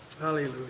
Hallelujah